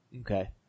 Okay